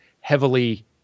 heavily